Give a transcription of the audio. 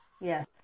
yes